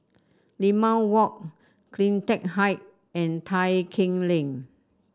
Limau Walk CleanTech Height and Tai Keng Lane